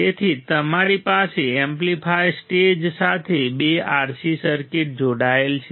તેથી તમારી પાસે એમ્પ્લીફાયર સ્ટેજ સાથે બે RC સર્કિટ જોડાયેલ છે